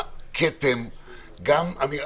לכן אתם טועים וגם אתה טועה,